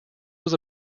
was